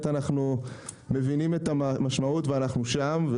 אנחנו מבינים את המשמעות ואנחנו שם,